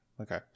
okay